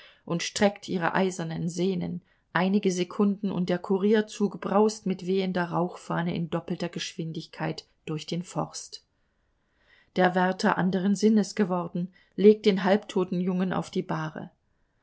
und streckt ihre eisernen sehnen einige sekunden und der kurierzug braust mit wehender rauchfahne in doppelter geschwindigkeit durch den forst der wärter anderen sinnes geworden legt den halbtoten jungen auf die bahre